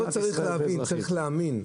לא צריך להבין, צריך להאמין.